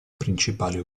principale